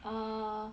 err